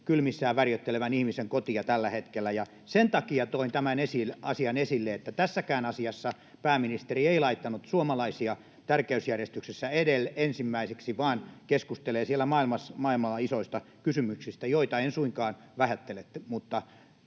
kylmissään värjöttelevän ihmisen kotia tällä hetkellä. Sen takia toin tämän asian esille, että tässäkään asiassa pääministeri ei laittanut suomalaisia tärkeysjärjestyksessä ensimmäiseksi vaan keskustelee maailmalla isoista kysymyksistä, joita en suinkaan vähättele.